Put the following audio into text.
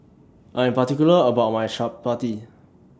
I Am particular about My Chapati